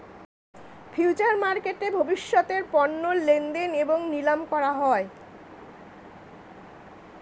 future মার্কেটে ভবিষ্যতের পণ্য লেনদেন এবং নিলাম করা হয়